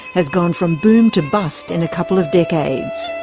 has gone from boom to bust in a couple of decades.